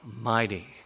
mighty